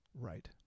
right